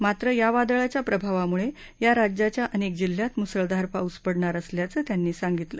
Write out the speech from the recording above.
मात्र या वादळाच्या प्रभावामुळे या राज्याच्या अनेक जिल्ह्यात मुसळधार पाऊस पडणार असल्याचं त्यांनी सांगितलं